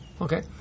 Okay